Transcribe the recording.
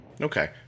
Okay